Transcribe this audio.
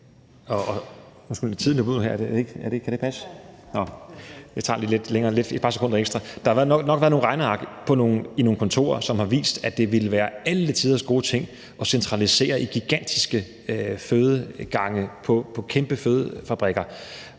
der nok har været nogle regneark i nogle kontorer, som har vist, at det ville være alle tiders gode ting at centralisere i gigantiske fødegange på kæmpe fødefabrikker,